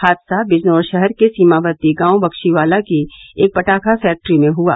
हादसा बिजनौर शहर के सीमावती गांव बक्शीवाला की एक पटाखा फैक्ट्री में हुआ